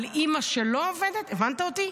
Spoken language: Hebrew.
אבל אימא שלא עובדת, הבנת אותי?